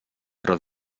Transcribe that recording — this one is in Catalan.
però